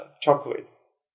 chocolates